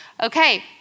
Okay